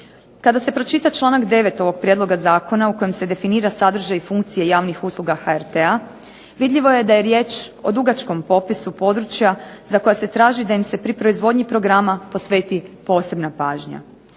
Kada se pročita članak 9. ovog prijedloga zakona u kojem se definira sadržaj funkcije javnih usluga HRT-a vidljivo je da je riječ o dugačkom popisu područja za koja se traži da im se pri proizvodnji programa posveti posebna pažnja.